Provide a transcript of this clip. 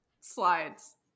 slides